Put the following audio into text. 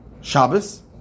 Shabbos